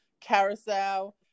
carousel